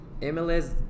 MLS